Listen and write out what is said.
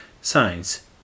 science